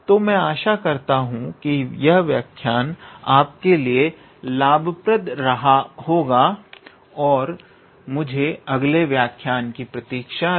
तो मैं आशा करता हूं कि यह व्याख्यान आपके लिए लाभप्रद रहा होगा और मुझे अगले व्याख्यान की प्रतीक्षा है